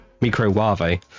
micro-Wave